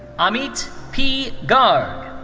amit p. garg.